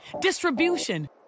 distribution